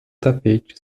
tapete